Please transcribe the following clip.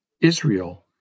Israel